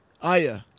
Aya